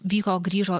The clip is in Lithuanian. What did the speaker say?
vyko grįžo